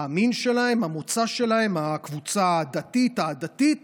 המין שלהם, המוצא שלהם, הקבוצה הדתית, העדתית